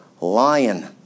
lion